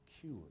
cure